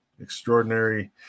extraordinary